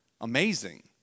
amazing